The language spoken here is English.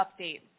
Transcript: update